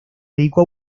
dedicó